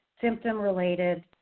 symptom-related